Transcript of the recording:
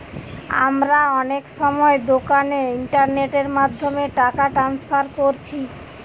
আমরা অনেক সময় দোকানে ইন্টারনেটের মাধ্যমে টাকা ট্রান্সফার কোরছি